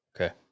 okay